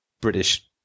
British